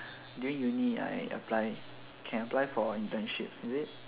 during uni I apply can apply for internship is it